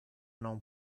non